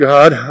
God